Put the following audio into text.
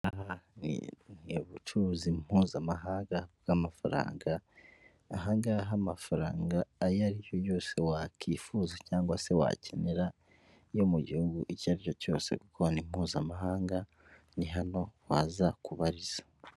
Aha ngaha ni ubucuruzi mpuzamahanga bw'amafaranga aha ngaha amafaranga ayo ari yo yose wakwifuza cyangwa se wakenera yo mu gihugu icyo ari cyo cyose kuko ni mpuzamahanga ni hano waza kubariza.